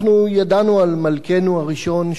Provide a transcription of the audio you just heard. אנחנו ידענו על מלכנו הראשון,